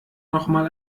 nochmal